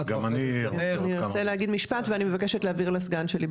אני ארצה להגיד משפט ואני מבקשת להעביר לסגן שלי,